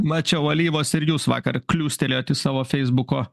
mačiau alyvos ir jūs vakar kliūstelėjot į savo feisbuko